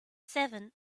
seven